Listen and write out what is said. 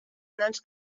nans